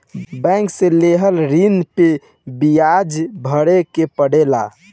bank से लेहल ऋण पे बियाज भरे के पड़ेला